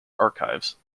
archives